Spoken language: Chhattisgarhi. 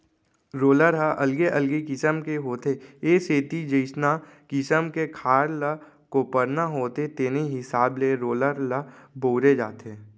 रोलर ह अलगे अलगे किसम के होथे ए सेती जइसना किसम के खार ल कोपरना होथे तेने हिसाब के रोलर ल बउरे जाथे